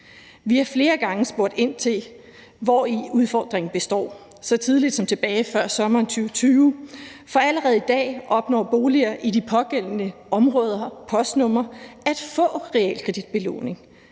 Vi har flere gange spurgt ind til, hvori udfordringen består, så tidligt som tilbage før sommeren 2020, for allerede i dag opnår boliger i de pågældende områder og postnumre at få realkreditbelåning.